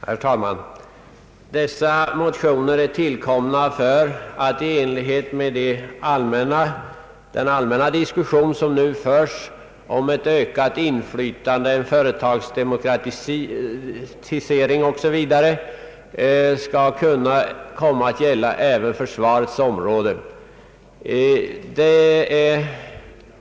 Herr talman! Föreliggande motioner har väckts för att en demokratisering 1 enlighet med den allmänna diskussion som nu förs om ett ökat inflytande och om företagsdemokrati o. s. v. skall kunna införas även på försvarets område.